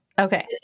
Okay